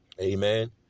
Amen